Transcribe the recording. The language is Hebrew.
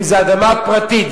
אם זו אדמה פרטית,